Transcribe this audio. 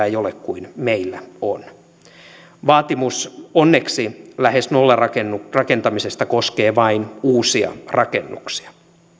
ei ole tällaisia lämmönvaihteluja kuin meillä on onneksi vaatimus lähes nollarakentamisesta koskee vain uusia rakennuksia